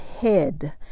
head